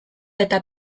eta